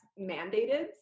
mandated